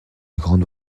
grande